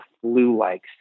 flu-like